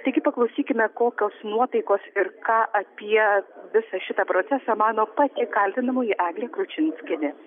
taigi paklausykime kokios nuotaikos ir ką apie visą šitą procesą mano pati kaltinamoji eglė kručinskienė